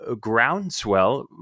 groundswell